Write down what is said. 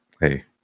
Hey